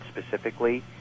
specifically